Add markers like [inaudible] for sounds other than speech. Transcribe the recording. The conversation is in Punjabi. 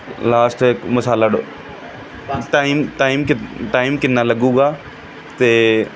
ਲਾਸਟ ਇੱਕ ਮਸਾਲਾ [unintelligible] ਟਾਈਮ ਟਾਈਮ ਕਿਦ ਟਾਈਮ ਕਿੰਨਾ ਲੱਗੂਗਾ ਅਤੇ